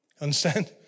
Understand